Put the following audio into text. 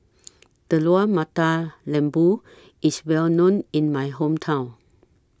Telur Mata Lembu IS Well known in My Hometown